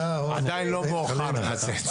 עדיין לא מאוחר לצאת.